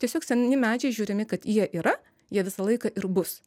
tiesiog seni medžiai žiūrimi kad jie yra jie visą laiką ir bus